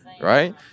right